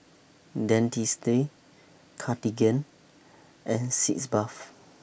Dentiste Cartigain and Sitz Bath